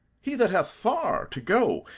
he that hath far to go,